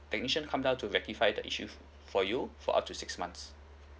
technician come down to rectify the issue for you for up to six months